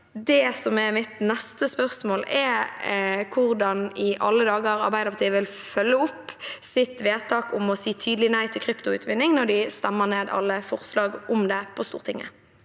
det så langt. Mitt neste spørsmål er: Hvordan i alle dager vil Arbeiderpartiet følge opp sitt vedtak om å si tydelig nei til kryptoutvinning, når de stemmer ned alle forslag om det på Stortinget?